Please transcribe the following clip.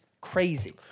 crazy